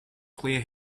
clear